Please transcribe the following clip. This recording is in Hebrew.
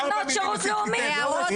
--- ובנות שירות לאומי, אז ברור שייקחו יותר.